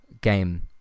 game